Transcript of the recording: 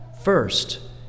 First